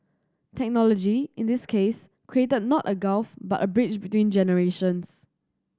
technology in this case created not a gulf but a bridge between generations